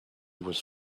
was